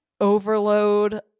overload